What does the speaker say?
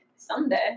Someday